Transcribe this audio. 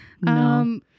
no